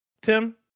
Tim